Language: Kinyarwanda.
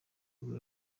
nibwo